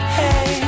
hey